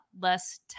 less